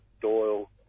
Doyle